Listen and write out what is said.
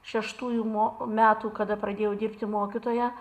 šeštųjų mo metų kada pradėjau dirbti mokytoja